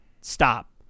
Stop